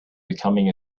becoming